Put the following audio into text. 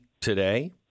today